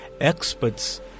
Experts